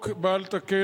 דמי מחלה (היעדרות עקב היריון ולידה של בת-זוג)